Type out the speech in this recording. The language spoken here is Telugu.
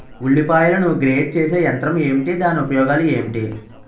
ఉల్లిపాయలను గ్రేడ్ చేసే యంత్రం ఏంటి? దాని ఉపయోగాలు ఏంటి?